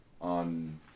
on